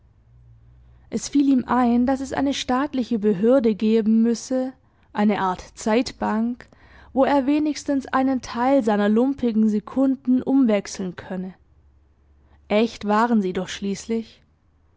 es fiel ihm ein daß es eine staatliche behörde geben müsse eine art zeitbank wo er wenigstens einen teil seiner lumpigen sekunden umwechseln könne echt waren sie doch schließlich